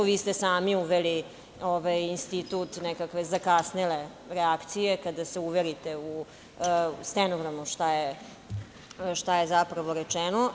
Sami ste uveli ovaj institut nekakve zakasnele reakcije, kada se uverite u stenogram, šta je zapravo rečeno.